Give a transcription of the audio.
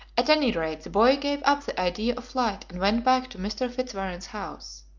at any rate, the boy gave up the idea of flight and went back to mr. fitzwarren's house.